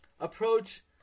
approach